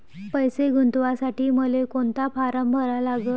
पैसे गुंतवासाठी मले कोंता फारम भरा लागन?